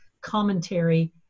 commentary